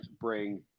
bring